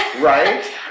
right